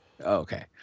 Okay